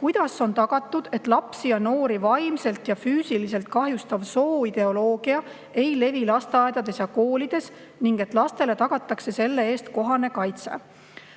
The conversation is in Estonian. "Kuidas on tagatud, et lapsi ja noori vaimselt ja füüsiliselt kahjustav sooideoloogia ei levi lasteaedades ja koolides ning et lastele tagatakse selle eest kohane kaitse?"